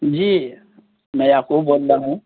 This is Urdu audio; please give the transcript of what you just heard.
جی میں یعقوب بول رہا ہوں